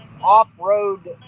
off-road